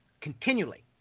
continually